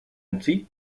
utzi